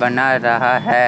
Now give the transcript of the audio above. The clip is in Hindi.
बना रहा है